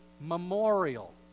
memorial